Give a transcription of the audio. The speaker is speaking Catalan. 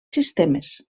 sistemes